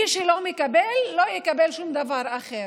מי שלא מקבל, לא יקבל שום דבר אחר.